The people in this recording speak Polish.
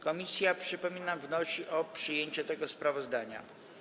Komisja, przypominam, wnosi o przyjęcie tego sprawozdania.